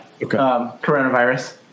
Coronavirus